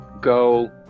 go